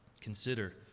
Consider